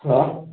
hello